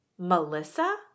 Melissa